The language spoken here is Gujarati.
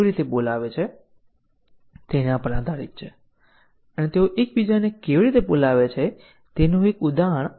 ચાલો જોઈએ કે DU સાંકળ કવરેજ પ્રાપ્ત કરવા માટે જરૂરી ટેસ્ટીંગ કેસો શું હશે